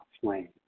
flame